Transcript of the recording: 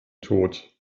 tod